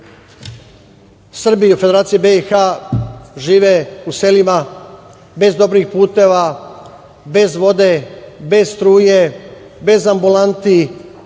Srbi u Federaciji BiH žive u selima bez dobrih puteva, bez vode, bez struje, bez ambulanti,